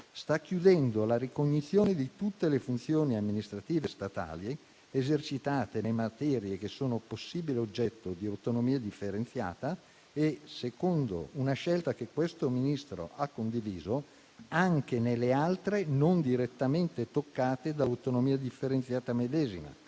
sta chiudendo la ricognizione di tutte le funzioni amministrative statali esercitate nelle materie che sono possibili oggetto di autonomia differenziata e - secondo una scelta che questo Ministro ha condiviso - anche nelle altre non direttamente toccate dall'autonomia differenziata medesima.